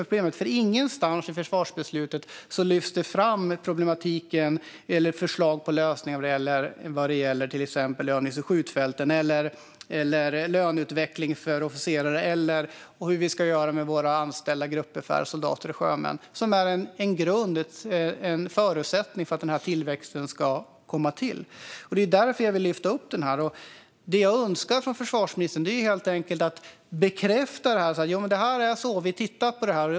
Problemet är att ingenstans i försvarsbeslutet lyfts problematiken med eller förslag på lösningar för till exempel övnings och skjutfält, löneutveckling för officerare eller hur man ska göra med anställda gruppbefäl, soldater och sjömän, sådant som är en förutsättning för att få tillväxt. Därför lyfter jag upp detta, och det jag önskar av försvarsministern är att han helt enkelt bekräftar att det är så och att man tittar på det.